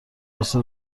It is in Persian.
مثل